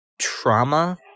trauma